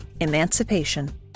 Emancipation